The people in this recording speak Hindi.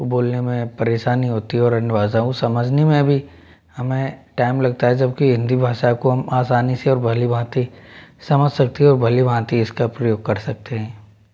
को बोलने में परेशानी होती है और अन्य भाषाओं को समझने में भी हमें टाइम लगता है जबकि हिन्दी भाषा को हम आसानी से और भली भांति समझ सकते है और भली भांति इसका प्रयोग कर सकते है